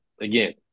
again